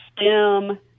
STEM